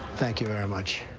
thank you very much.